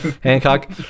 Hancock